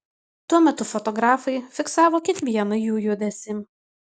tuo metu fotografai fiksavo kiekvieną jų judesį